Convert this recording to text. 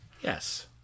Yes